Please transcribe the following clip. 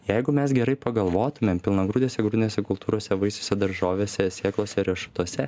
jeigu mes gerai pagalvotumėm pilnagrūdėse grūdinėse kultūrose vaisiuose daržovėse sėklose riešutuose